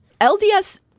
LDS